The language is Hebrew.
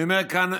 אני אומר כאן